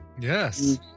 Yes